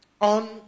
On